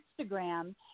Instagram